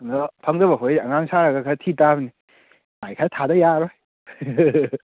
ꯑꯗꯣ ꯐꯪꯗꯕ ꯑꯩꯈꯣꯏꯗꯤ ꯑꯉꯥꯡ ꯁꯥꯔꯒ ꯈꯔ ꯊꯤ ꯇꯥꯕꯅꯤ ꯃꯥꯏ ꯈꯔ ꯊꯥꯗ ꯌꯥꯔꯔꯣꯏ